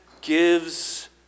gives